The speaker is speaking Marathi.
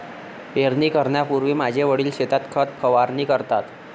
पेरणी करण्यापूर्वी माझे वडील शेतात खत फवारणी करतात